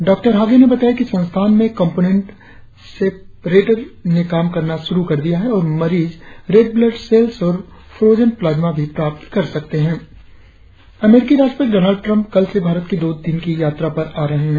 डॉ हागे ने बताया संस्थान में कमपोनेंट सेपरेटर ने काम करना शुरु कर दिया है और मरीज रेड ब्लड सेल्स और फ्रोजन प्लाजमा भी प्राप्र कर सकते हैं अमेरिकी राष्ट्रपति डॉनल्ड ट्रंप कल से भारत की दो दिवसीय यात्रा पर आ रहे है